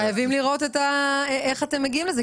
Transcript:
חייבים לראות איך אתם מגיעים לזה,